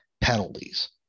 penalties